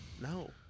No